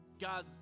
God